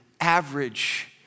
average